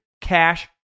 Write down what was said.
Cash